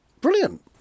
Brilliant